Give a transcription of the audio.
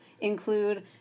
include